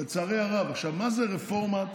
עכשיו, מה זה רפורמת